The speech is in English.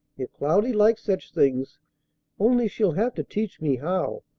if cloudy likes such things only she'll have to teach me how,